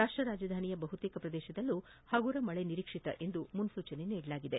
ರಾಷ್ಟ ರಾಜಧಾನಿಯ ಬಹುತೇಕ ಶ್ರದೇಶದಲ್ಲೂ ಪಗುರ ಮಳೆ ನಿರೀಕ್ಷಿತ ಎಂದು ಮುನ್ನೂಚನೆ ನೀಡಲಾಗಿದೆ